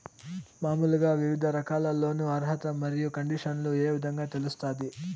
మామూలుగా వివిధ రకాల లోను అర్హత మరియు కండిషన్లు ఏ విధంగా తెలుస్తాది?